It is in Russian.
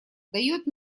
дает